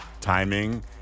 timing